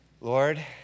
Lord